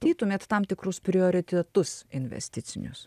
tytumėt tam tikrus prioritetus investicinius